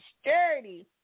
Sturdy